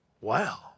Wow